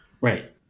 Right